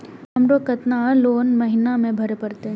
हमरो केतना लोन महीना में भरे परतें?